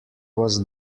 was